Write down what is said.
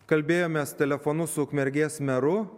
kalbėjomės telefonu su ukmergės meru